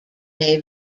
may